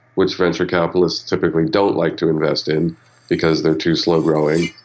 which venture capitalists typically don't like to invest in because they are too slow growing,